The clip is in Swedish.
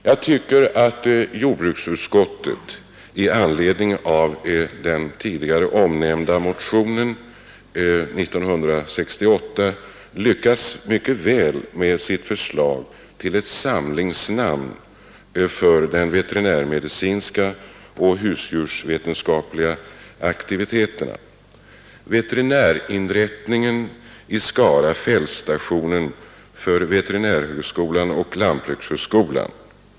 Jag tycker att jordbruksutskottet i anledning av motionen 1968 lyckats mycket väl med sitt förslag till ett samlingsnamn för den veterinärmedicinska och husdjursvetenskapliga aktiviteten ”veterinärinrättningen i Skara, fältstationen för veterinärhögskolan och lantbrukshögskolan”.